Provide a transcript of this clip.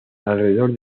alrededor